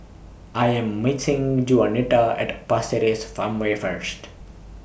I Am meeting Juanita At Pasir Ris Farmway First